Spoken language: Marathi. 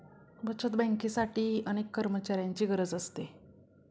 बचत बँकेसाठीही अनेक कर्मचाऱ्यांची गरज असते